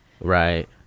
Right